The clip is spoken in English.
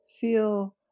feel